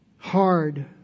Hard